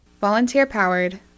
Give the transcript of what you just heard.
Volunteer-powered